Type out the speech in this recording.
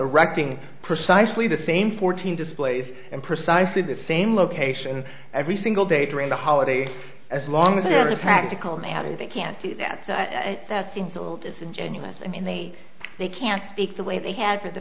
erecting precisely the same fourteen displays and precisely the same location every single day during the holiday as long as there is a practical matter they can't do that that seems a little disingenuous and they they can't speak the way they had for the